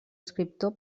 escriptor